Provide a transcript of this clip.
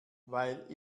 weil